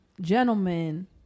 Gentlemen